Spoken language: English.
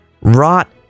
Rot